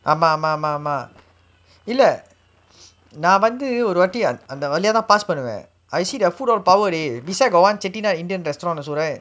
ஆமா ஆமா ஆமா இல்ல நா வந்து ஒரு வாட்டி அந்த வழியாதா:aamaa aamaa aamaa illa naa vanthu oru vaati antha valiyaathaa pass பண்ணுவ:pannuvae I see the food all power already beside got [one] Chettinad indian restaurant also right